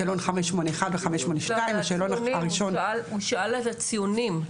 שאלון 581 ו-581 --- הוא שאל על הציונים,